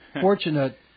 fortunate